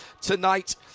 tonight